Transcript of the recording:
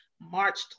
March